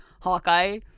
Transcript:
Hawkeye